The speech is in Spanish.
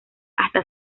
hasta